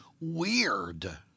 weird